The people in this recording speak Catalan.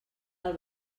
del